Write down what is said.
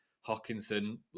Hawkinson